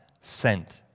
sent